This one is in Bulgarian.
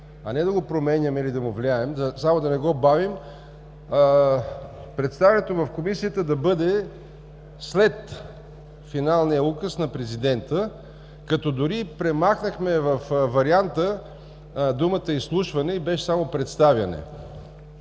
а не да го променяме или да му влияем – само да не го бавим, представянето в Комисията да бъде след финалния указ на президента, като дори премахнахме във варианта думата „изслушване“ и беше само „представяне“.